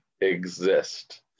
exist